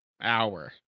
hour